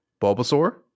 Bulbasaur